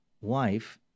wife